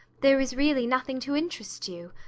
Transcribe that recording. there is really nothing to interest you.